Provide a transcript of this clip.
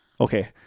Okay